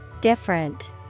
Different